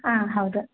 ಹಾಂ ಹೌದು